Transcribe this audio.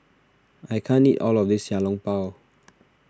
I can't eat all of this Xiao Long Bao